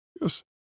Yes